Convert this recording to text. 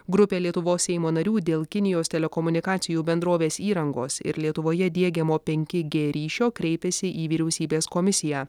grupė lietuvos seimo narių dėl kinijos telekomunikacijų bendrovės įrangos ir lietuvoje diegiamo penki g ryšio kreipėsi į vyriausybės komisiją